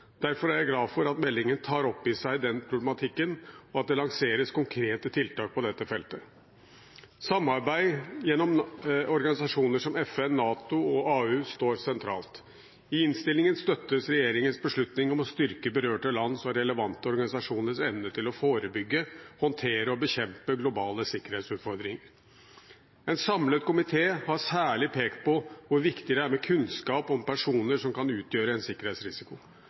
Derfor er jeg glad for at meldingen tar opp i seg denne problematikken, og at det lanseres konkrete tiltak på dette feltet. Samarbeid gjennom organisasjoner som FN, NATO og AU står sentralt. I innstillingen støttes regjeringens beslutning om å styrke berørte lands og relevante organisasjoners evne til å forebygge, håndtere og bekjempe globale sikkerhetsutfordringer. En samlet komité har særlig pekt på hvor viktig det er med kunnskap om personer som kan utgjøre en sikkerhetsrisiko.